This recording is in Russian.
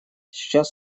сейчас